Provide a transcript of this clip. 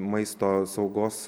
maisto saugos